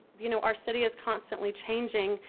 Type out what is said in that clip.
you know, our city is constantly changing.